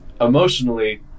emotionally